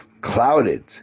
clouded